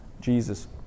Jesus